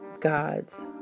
God's